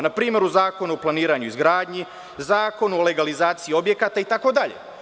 Na primer, u Zakonu o planiranju i izgradnji, Zakonu o legalizaciji objekata, itd.